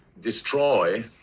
destroy